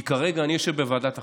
כי כרגע אני יושב בוועדת החוקה,